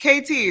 KT